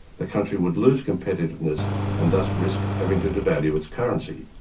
the country would lose competitiveness and thus risk having to devalue its currency.